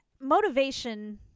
motivation